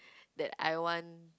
that I want